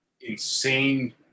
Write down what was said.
insane